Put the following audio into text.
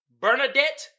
Bernadette